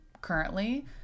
currently